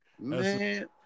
Man